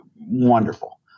wonderful